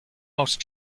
most